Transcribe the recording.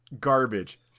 Garbage